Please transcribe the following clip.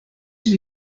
ses